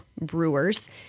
brewers